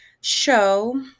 show